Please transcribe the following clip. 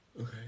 Okay